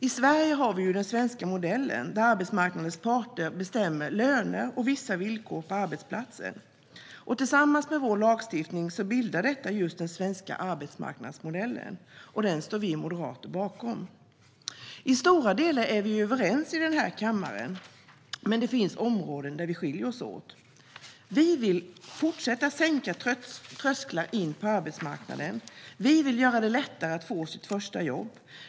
I Sverige har vi den svenska modellen, där arbetsmarknadens parter bestämmer löner och vissa villkor på arbetsplatsen. Tillsammans med vår lagstiftning bildar detta just den svenska arbetsmarknadsmodellen, och den står vi moderater bakom. I stora delar är partierna i den här kammaren överens, men det finns områden där åsikterna går isär. Vi vill fortsätta att sänka trösklar in på arbetsmarknaden. Vi vill göra det lättare för människor att få sitt första jobb.